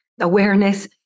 awareness